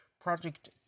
Project